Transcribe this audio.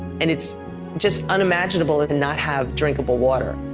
and it's just unimaginable to not have drinkable water.